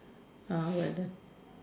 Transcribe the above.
uh like that